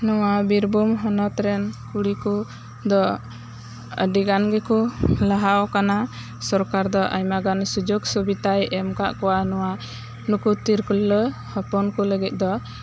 ᱱᱚᱣᱟ ᱵᱤᱨ ᱵᱷᱩᱢ ᱦᱚᱱᱚᱛ ᱨᱮᱱ ᱠᱩᱲᱤ ᱠᱚ ᱫᱚ ᱟᱰᱤ ᱜᱟᱱ ᱜᱮᱠᱚ ᱞᱟᱦᱟᱣ ᱠᱟᱱᱟ ᱥᱚᱨᱠᱟᱨ ᱫᱚ ᱟᱭᱢᱟ ᱜᱟᱱ ᱥᱩᱡᱳᱜᱽ ᱥᱩᱵᱤᱛᱟᱭ ᱮᱢ ᱠᱟᱜ ᱠᱚᱣᱟ ᱱᱚᱣᱟ ᱱᱩᱠᱩ ᱛᱤᱨᱞᱟᱹ ᱦᱚᱯᱚᱱ ᱠᱚ ᱞᱟᱜᱤᱫ ᱫᱚ